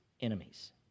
enemies